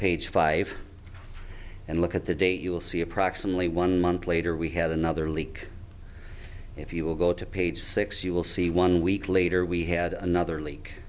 page five and look at the date you will see approximately one month later we have another leak if you will go to page six you will see one week later we had another l